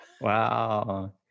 Wow